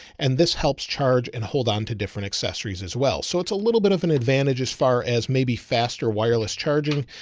and this helps charge and hold on to different accessories as well. so it's a little bit of an advantage as far as maybe faster wireless charging,